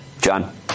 John